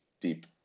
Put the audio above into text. deep